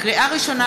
לקריאה ראשונה,